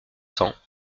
cents